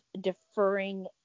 deferring